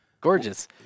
Gorgeous